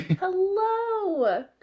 Hello